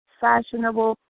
fashionable